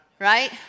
Right